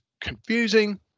confusing